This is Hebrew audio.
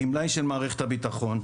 גמלאי של מערכת הביטחון,